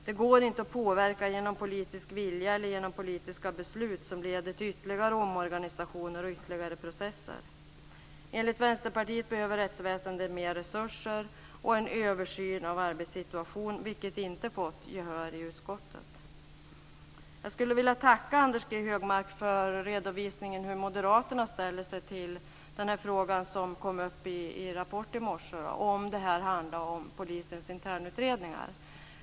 Det går inte att påverka detta genom politisk vilja eller genom politiska beslut, som leder till ytterligare omorganisationer och processer. Enligt Vänsterpartiet behöver rättsväsendet mer resurser och en översyn av arbetssituationen, vilket vi inte fått gehör för i utskottet. Jag skulle vilja tacka Anders G Högmark för redovisningen av hur Moderaterna ställer sig till frågan om polisens internutredningar som kom upp i Rapport i morse.